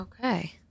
Okay